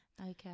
Okay